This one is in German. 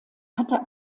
hatte